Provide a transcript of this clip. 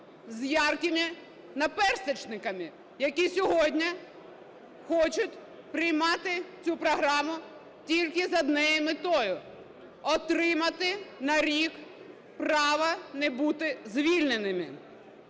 з яркими наперсточниками, які сьогодні хочу приймати цю програму тільки з одною метою – отримати на рік право не бути звільненими.